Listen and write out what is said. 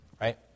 right